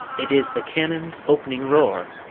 it is the cannon's opening roar!